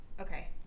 Okay